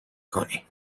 کنی